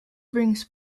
brings